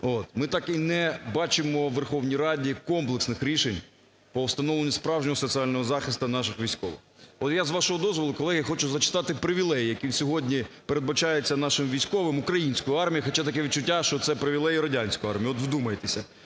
ми так і не бачимо у Верховній Раді комплексних рішень по встановленню справжнього соціального захисту наших військових. Я з вашого дозволу, колеги, хочу зачитати привілеї, які сьогодні передбачаються нашим військовим української армії, хоча таке відчуття, що це привілеї радянської армії. От вдумайтеся!